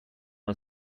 una